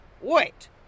Wait